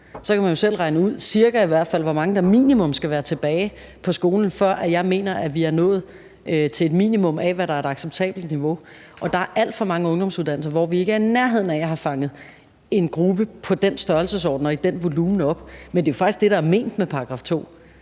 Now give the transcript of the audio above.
Så kan man jo selv regne ud, cirka hvor mange der som minimum skal være tilbage på skolen, før jeg mener, vi er nået til et minimum af, hvad der er et acceptabelt niveau. Og der er alt for mange ungdomsuddannelser, hvor vi ikke er i nærheden af at have fanget en gruppe på den størrelsesorden og i den volumen op. Men det er jo faktisk det, der er ment med § 2.